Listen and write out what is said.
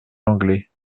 langlet